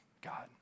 God